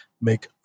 make